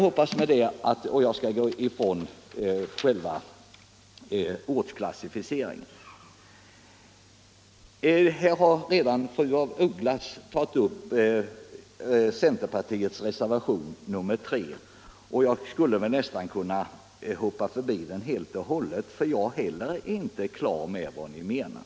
Därmed skall jag lämna ortsklassificeringen. Fru af Ugglas har redan tagit upp centerpartiets reservation nr 3, och jag skulle nästan kunna hoppa förbi den helt och hållet för jag är heller inte klar över vad centern menar.